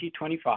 2025